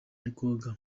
ntikoga